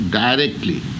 directly